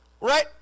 right